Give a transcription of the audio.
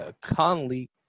Conley